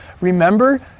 Remember